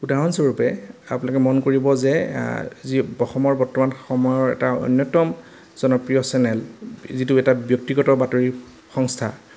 উদাহৰণস্বৰূপে আপোনালোকে মন কৰিব যে যি অসমৰ বৰ্তমান সময়ৰ এটা অন্যতম জনপ্ৰিয় চেনেল যিটো এটা ব্যক্তিগত বাতৰি সংস্থা